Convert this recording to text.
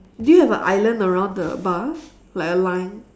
do you have a island around the bar like a line